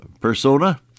persona